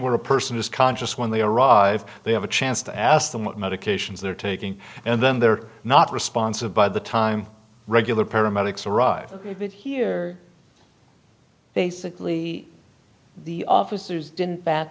where a person is conscious when they arrive they have a chance to ask them what medications they're taking and then they're not responsive by the time regular paramedics arrive here basically the officers didn't